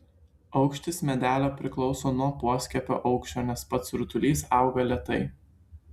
aukštis medelio priklauso nuo poskiepio aukščio nes pats rutulys auga lėtai